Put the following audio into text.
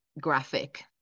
graphic